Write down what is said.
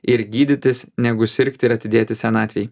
ir gydytis negu sirgti ir atidėti senatvei